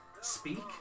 speak